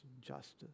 justice